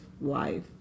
life